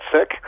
sick